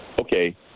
Okay